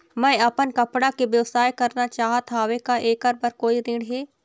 मैं अपन कपड़ा के व्यवसाय करना चाहत हावे का ऐकर बर कोई ऋण हे?